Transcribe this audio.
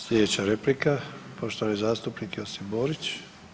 Slijedeća replika, poštovani zastupnik Josip Borić.